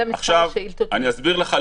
זה נראה תמוה,